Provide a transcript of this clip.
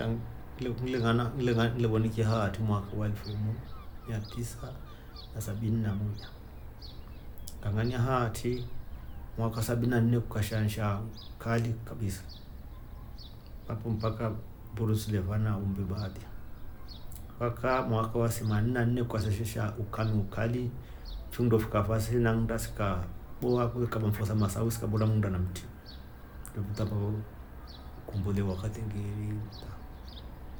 Ngile ng'ana- ngile wonikia haati mwaka wa elfu imu miatisa na sabini na moja, kang'ania haatti mwaka sabini na nne ikasha nshaa nkali kabisa mpaka mburu silefa na umbe baadhi mpaka mwaka wa themanini na nneukasha se nshaa ukame mkali findo fikafa se na nnda sikaaa bwaa, sile kaba mfua sa masawe sikabora nnda na mtri ni fitu amabavyo kikumbule wakati ngili mta.